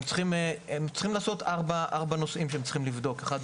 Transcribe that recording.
יש ארבעה נושאים שהם צריכים לבדוק: האחד,